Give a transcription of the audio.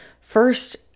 First